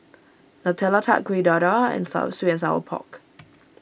Nutella Tart Kueh Dadar and Sweet and Sour Pork